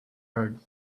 heard